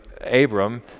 Abram